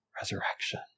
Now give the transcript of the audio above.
resurrection